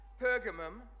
Pergamum